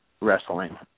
wrestling